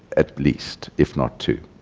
at least, if not two.